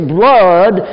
blood